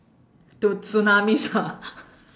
to tsunamis ah